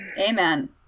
amen